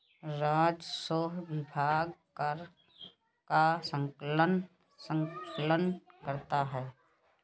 राजस्व विभाग कर का संकलन करता है